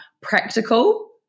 practical